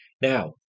Now